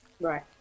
Right